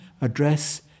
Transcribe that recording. address